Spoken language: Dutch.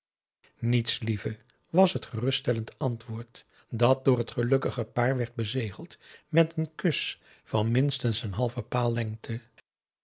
niets lieve was het geruststellend antwoord dat door het gelukkige paar werd bezegeld met een kus van minstens een halven paal lengte